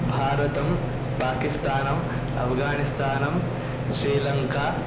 भारतं पाकिस्तानम् अफ्गानिस्तानं श्रीलङ्का